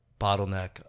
bottleneck